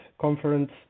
conference